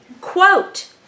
quote